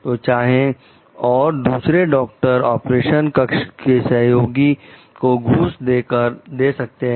तो चाहे और दूसरे डॉक्टर ऑपरेशन कक्ष के सहयोगी को घूस दे सकते हैं